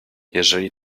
jeżeli